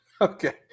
Okay